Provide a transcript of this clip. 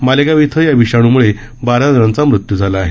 मालेगाव इथं या विषाणूमुळे बारा जणांचा मृत्यू झाला आहे